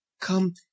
come